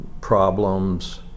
problems